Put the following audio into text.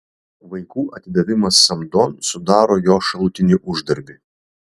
vaikų atidavimas samdon sudaro jo šalutinį uždarbį